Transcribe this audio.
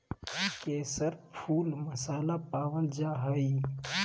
केसर फुल मसाला पावल जा हइ